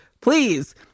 Please